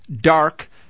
dark